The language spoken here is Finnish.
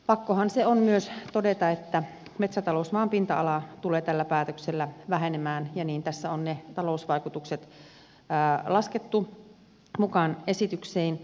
pakkohan se on myös todeta että metsätalousmaan pinta ala tulee tällä päätöksellä vähenemään ja niin tässä on ne talousvaikutukset laskettu mukaan esitykseen